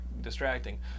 distracting